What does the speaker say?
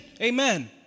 Amen